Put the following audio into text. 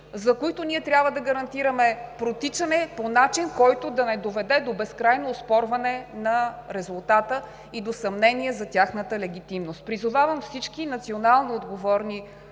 за които ние трябва да гарантираме протичане по начин, който да не доведе до безкрайно оспорване на резултата и до съмнения за тяхната легитимност. Призовавам всички национално отговорни